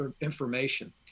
information